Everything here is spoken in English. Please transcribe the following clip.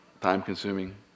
time-consuming